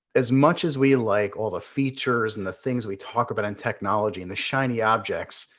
as much as we like all the features and the things we talk about in technology and the shiny objects,